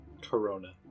Corona